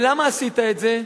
ולמה עשית אותם?